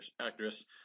actress